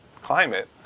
climate